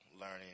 learning